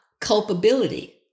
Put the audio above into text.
culpability